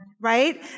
Right